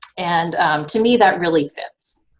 and to me that really fits.